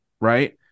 Right